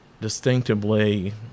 distinctively